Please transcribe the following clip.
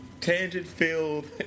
tangent-filled